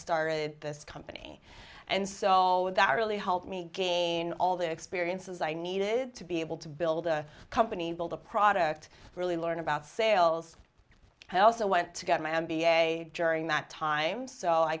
started this company and so all of that really helped me gain all the experiences i needed good to be able to build a company build a product really learn about sales and i also went to get my m b a during that time so i